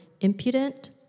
impudent